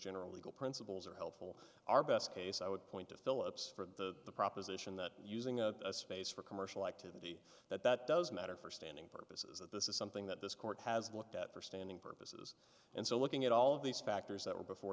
general legal principles are helpful our best case i would point to philips for the proposition that using a space for commercial activity that that does matter for standing us is that this is something that this court has looked at for standing purposes and so looking at all of these factors that were before